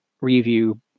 review